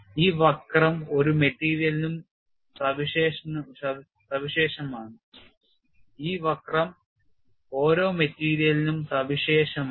ഈ വക്രം ഓരോ മെറ്റീരിയലിനും സവിശേഷമാണ്